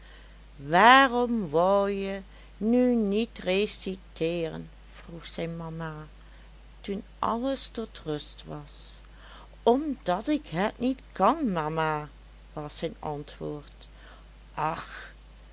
waarom wou je nu niet reciteeren vroeg zijn mama toen alles tot rust was omdat ik het niet kan mama was zijn antwoord och